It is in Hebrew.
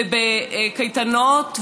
ובקייטנות,